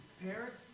Parents